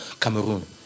Cameroon